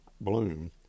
Bloom